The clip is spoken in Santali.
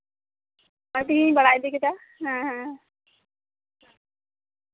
ᱱᱚᱜ ᱚᱭ ᱛᱤᱦᱤᱧᱤᱧ ᱵᱟᱲᱟᱭ ᱤᱫᱤ ᱠᱮᱫᱟ ᱦᱮᱸ ᱦᱮᱸ